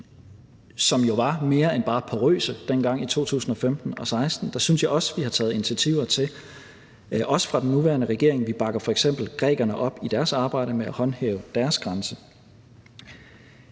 som jo var mere end bare porøse dengang i 2015 og i 2016. Der synes jeg også, at vi har taget initiativer i forhold til det, også fra den nuværende regering. Vi bakker f.eks. grækerne op i deres arbejde med at håndhæve deres grænse.